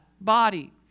body